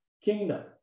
kingdom